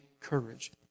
courage